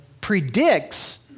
predicts